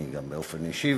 אני גם באופן אישי,